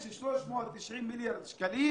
יש 390 מיליארד שקלים